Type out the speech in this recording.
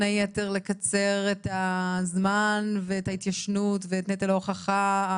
היתר לקצר את הזמן ואת ההתיישנות ואת נטל ההוכחה?